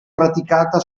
praticata